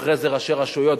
אחרי זה ראשי רשויות,